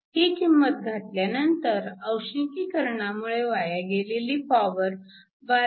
ही किंमत घातल्यानंतर औष्णिकीकरणामुळे वाया गेलेली पॉवर 12